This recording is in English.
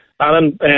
Alan